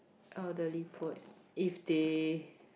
oh the if they